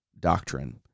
doctrine